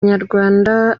nyarwanda